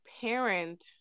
parent